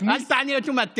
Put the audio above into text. אל תענה אוטומט.